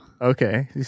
Okay